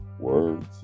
Words